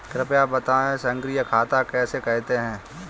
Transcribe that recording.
कृपया बताएँ सक्रिय खाता किसे कहते हैं?